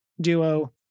duo